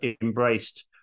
embraced